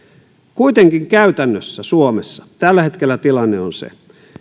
kuitenkin käytännössä suomessa tällä hetkellä tilanne on se